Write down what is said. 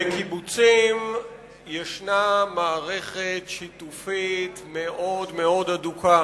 בקיבוצים יש מערכת שיתופית מאוד הדוקה